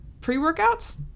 Pre-workouts